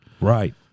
Right